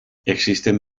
existen